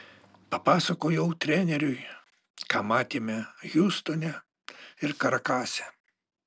papasakojau treneriui ką matėme hjustone ir karakase